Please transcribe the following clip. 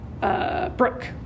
Brooke